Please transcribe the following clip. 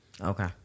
Okay